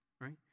right